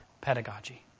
pedagogy